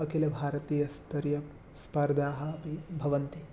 अखिलभारतीयस्तरीयस्पर्धाः अपि भवन्ति